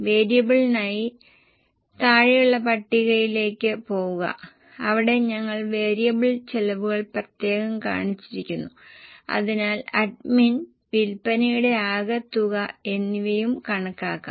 വിൽപ്പന വില കണക്കാക്കുന്നതിനുള്ള ചട്ടം അനുസരിച്ച് മാനേജ്മെന്റ് വിൽപ്പന ചെലവിൽ 20 ശതമാനം മാർജിൻ പ്രതീക്ഷിച്ചുകൊണ്ടാണ് സാധാരണ വിൽപ്പന വിലയും കൺസെഷണൽ വില്പന വിലയും കണക്കാക്കുന്നത്